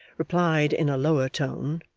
replied in a lower tone